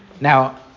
Now